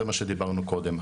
זה מה שדיברנו קודם.